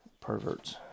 Perverts